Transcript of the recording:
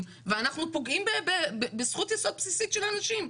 ואנחנו פוגעים בזכות יסוד בסיסית של אנשים,